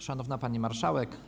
Szanowna Pani Marszałek!